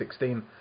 2016